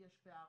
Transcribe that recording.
יש פערים,